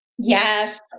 Yes